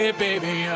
baby